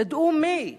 ידעו מי היא.